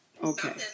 Okay